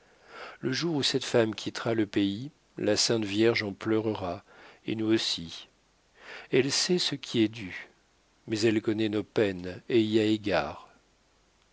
le jour où cette femme quittera le pays la sainte vierge en pleurera et nous aussi elle sait ce qui lui est dû mais elle connaît nos peines et y a égard